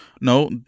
No